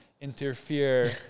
interfere